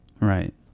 Right